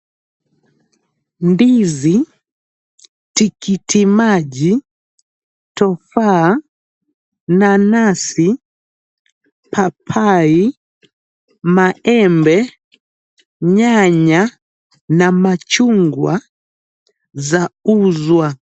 Ndizi, tikiti maji, tufaha, nanasi, papai, maembe, nyanya na machungwa zauzwa.